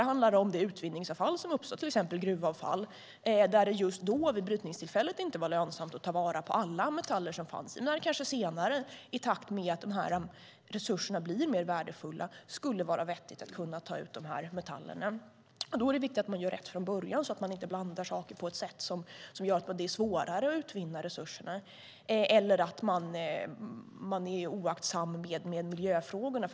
Det handlar om det utvinningsavfall som har uppstått, till exempel gruvavfall, genom att det just vid brytningstillfället inte var lönsamt att ta vara på alla metaller som fanns men där det kanske senare, i takt med att resurserna blir mer värdefulla, skulle vara vettigt att ta ut de metallerna. Då är det viktigt att man gör rätt från början, så att man inte blandar saker så att det bli svårare att utvinna resurserna eller är oaktsam med miljöfrågorna.